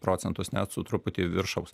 procentus net su truputį viršaus